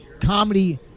Comedy